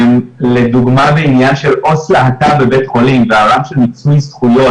לדוגמה בעניין של עו"ס להט"ב בבית חולים והעולם של מיצוי זכויות,